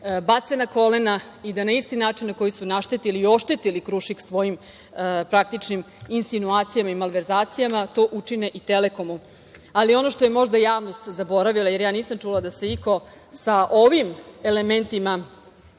bace na kolena i da na isti način na koji su naštetili i oštetili „Krušik“ svojim praktičnim insinuacijama i malverzacijama to učine i „Telekomu“.Ali, ono što je možda javnost zaboravila, jer ja nisam čula da se iko sa ovim elementima